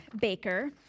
Baker